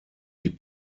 die